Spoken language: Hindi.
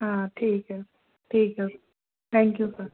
हाँ ठीक है ठीक है थैंक यू सर